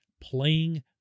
playing